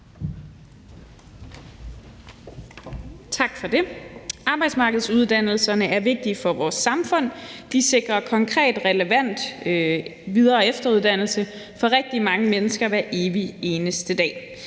Tak for det. Arbejdsmarkedsuddannelserne er vigtige for vores samfund. De sikrer konkret, relevant videre- og efteruddannelse for rigtig mange mennesker hver evig eneste dag.